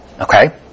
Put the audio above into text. okay